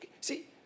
See